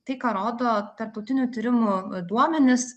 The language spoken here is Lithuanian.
tai ką rodo tarptautinių tyrimų duomenys